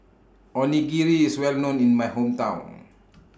Onigiri IS Well known in My Hometown